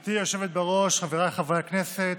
גברתי היושבת בראש, חבריי חברי הכנסת,